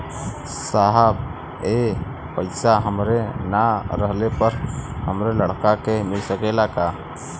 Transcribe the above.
साहब ए पैसा हमरे ना रहले पर हमरे लड़का के मिल सकेला का?